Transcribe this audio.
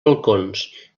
balcons